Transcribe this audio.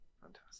Fantastic